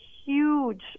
huge